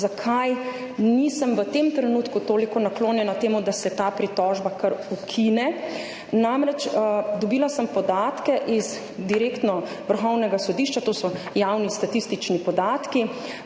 zakaj nisem v tem trenutku toliko naklonjena temu, da se ta pritožba kar ukine. Namreč, dobila sem podatke direktno z Vrhovnega sodišča, to so javni statistični podatki,